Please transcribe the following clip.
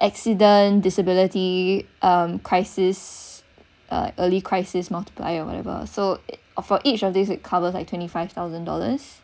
accident disability um crisis uh early crisis multiplier or whatever so for each of these it covers like twenty five thousand dollars